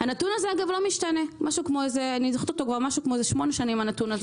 אגב הנתון הזה לא משתנה כבר שמונה שנים.